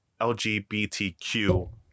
LGBTQ